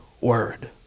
word